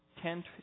ten